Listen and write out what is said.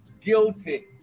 guilty